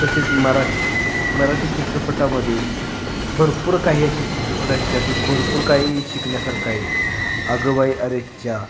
तसेच मराठी मराठी चित्रपटामध्ये भरपूर काही असे चित्रपट आहेत ज्यातून भरपूर काही शिकण्यासारखं आहे अगं बाई अरेच्चा